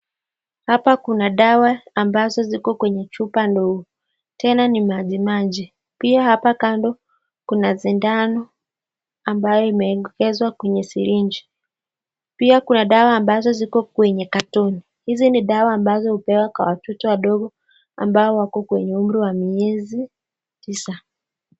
Hapa kuna dawa ambazo ziko kwenye chupa ndogo, tena ni maji maji. Pia hapo kando kuna sindano ambaye imeegezwa kwenye siriji. Pia kuna dawa ambazo ziko kwenye katoni. Hizi ni dawa ambazo hupewa kwa watoto wadogo ambao wako kwenye umri wa miezi tisa.